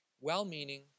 Well-meaning